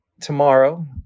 tomorrow